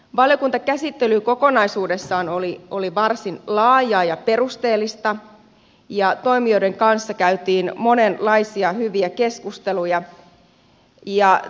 valiokuntakäsittely kokonaisuudessaan oli varsin laajaa ja perusteellista ja toimijoiden kanssa käytiin monenlaisia hyviä keskusteluja